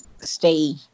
stay